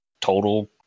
total